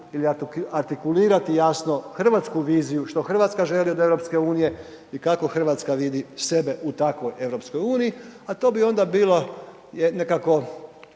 ili artikulirati jasno hrvatsku viziju, što RH želi od EU i kako RH vidi sebe u takvoj EU, a to bi onda bilo nekako